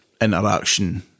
interaction